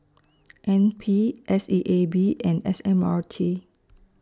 N P S E A B and S M R T